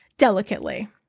Delicately